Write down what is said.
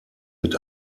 mit